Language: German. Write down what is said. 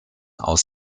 aus